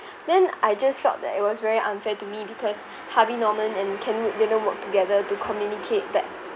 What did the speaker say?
then I just felt that it was very unfair to me because Harvey Norman and Kenwood didn't work together to communicate that